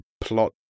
plot